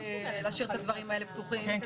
להשאיר את הדברים האלה פתוחים.